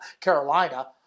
carolina